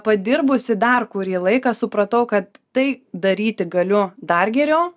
padirbusi dar kurį laiką supratau kad tai daryti galiu dar geriau